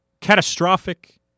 catastrophic